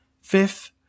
fifth